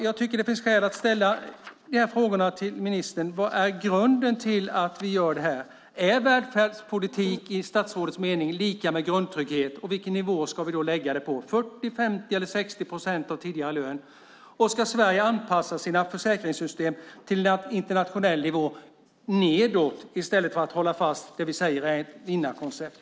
Jag tycker att det finns skäl att ställa frågorna till ministern: Vad är grunden till att vi gör det här? Är välfärdspolitik i statsrådets mening lika med grundtrygghet? Vilken nivå ska vi då lägga det på, 40, 50 eller 60 procent av tidigare lön? Och ska Sverige anpassa sina försäkringssystem till internationell nivå nedåt i stället för att hålla fast vid det vi säger är ett vinnarkoncept?